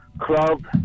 Club